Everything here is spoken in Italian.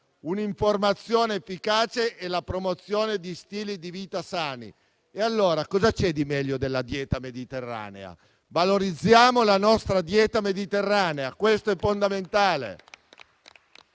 un'informazione efficace e la promozione di stili di vita sani. E allora cosa c'è di meglio della dieta mediterranea? Valorizziamo la nostra dieta mediterranea, questo è fondamentale.